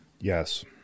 Yes